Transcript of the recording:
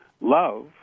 Love